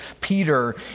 Peter